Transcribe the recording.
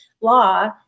law